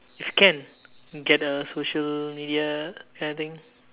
if can get her social media kind of thing